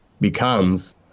becomes